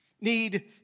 need